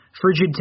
frigid